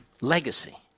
legacy